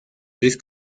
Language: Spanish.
luis